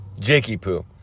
Jakey-poo